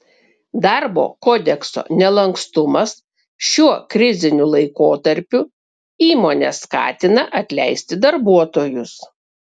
darbo kodekso nelankstumas šiuo kriziniu laikotarpiu įmones skatina atleisti darbuotojus